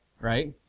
Right